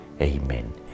Amen